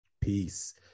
Peace